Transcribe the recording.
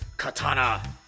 Katana